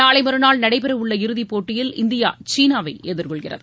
நாளைமறுநாள் நடைபெறவுள்ள இறுதிப்போட்டியில் இந்தியா சீனாவைஎதிர்கொள்கிறது